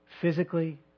Physically